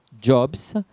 jobs